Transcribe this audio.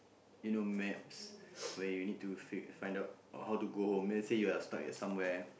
you know maps where you need to fig~ find out how to go home then let's say you are stuck at somewhere